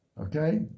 Okay